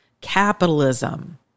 capitalism